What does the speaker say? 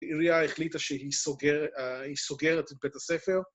העירייה החליטה שהיא סוגרת את בית הספר.